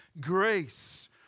grace